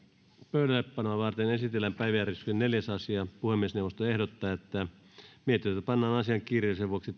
pöydällepanoa varten esitellään päiväjärjestyksen neljäs asia puhemiesneuvosto ehdottaa että mietintö pannaan asian kiireellisyyden vuoksi